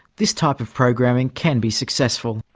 this type of programming can be successful.